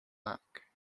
back